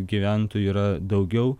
gyventojų yra daugiau